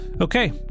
Okay